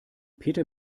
peter